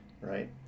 right